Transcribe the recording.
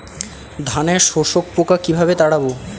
ধানে শোষক পোকা কিভাবে তাড়াব?